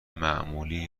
معمولی